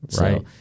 Right